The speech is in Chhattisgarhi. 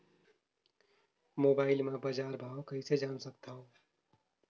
मोबाइल म बजार भाव कइसे जान सकथव?